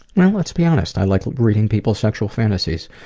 well let's be honest, i like reading people's sexual fantasies.